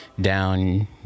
down